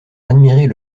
admirer